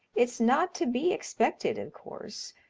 it's not to be expected, of course.